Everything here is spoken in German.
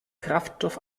kraftstoff